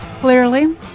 clearly